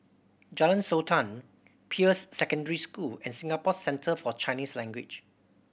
Jalan Sultan Peirce Secondary School and Singapore Centre For Chinese Language